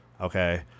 Okay